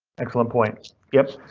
excellent point, yep,